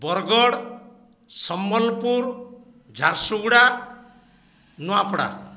Bargarh Sambalpur Jharsuguda Nuapada